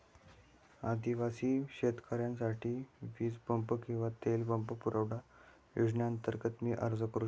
आदिवासी शेतकऱ्यांसाठीच्या वीज पंप किंवा तेल पंप पुरवठा योजनेअंतर्गत मी अर्ज करू शकतो का?